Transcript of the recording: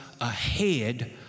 ahead